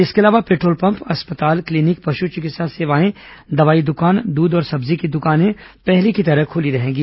इसके अलावा petrol pump अस्पताल क्लीनिक पशु चिकित्सा सेवाएं दवाई दुकान दूध और सब्जी की दुकानें पहले की तरह खुली रहेंगी